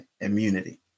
immunity